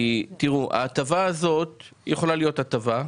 ההטבה הזו יכולה להיות הטבה,